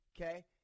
Okay